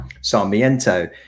Sarmiento